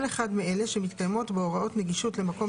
אחד מאלה שמתקיימות בו הוראות תקנות נגישות למקום